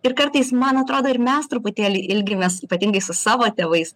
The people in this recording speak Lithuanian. ir kartais man atrodo ir mes truputėlį ilgimės ypatingai su savo tėvais